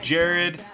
Jared